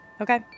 Okay